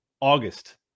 August